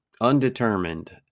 undetermined